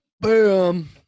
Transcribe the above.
bam